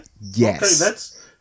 yes